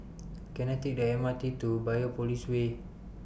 Can I Take The M R T to Biopolis Way